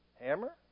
hammer